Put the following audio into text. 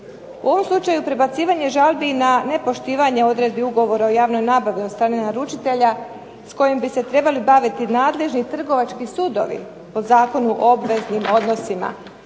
U ovom slučaju prebacivanje žalbi na nepoštivanje odredbi ugovora o javnoj nabavi od strane naručitelja s kojim bi se trebali baviti nadležni trgovački sudovi po Zakonu o obveznim odnosima.